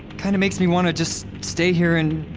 kind of makes me want to just stay here, and.